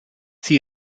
sie